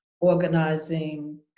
organizing